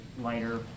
lighter